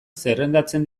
zerrendatzen